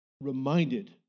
reminded